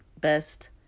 best